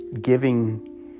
giving